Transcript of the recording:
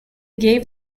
gave